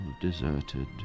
deserted